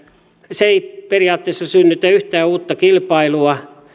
se ei periaatteessa synnytä yhtään uutta kilpailua